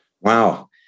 Wow